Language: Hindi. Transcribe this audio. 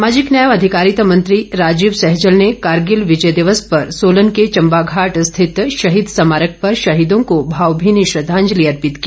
सामाजिक न्याय व अधिकारिता मंत्री राजीव सहजल ने कारिगल विजय दिवस पर सोलन के चंबाघाट रिथित शहीद स्मारक पर शहीदों को भावभीनी श्रद्धांजलि अर्पित की